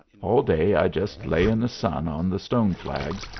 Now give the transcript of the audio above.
all day i just lay in the sun on the stone flags,